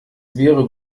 wäre